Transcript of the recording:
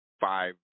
five